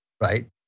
right